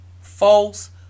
False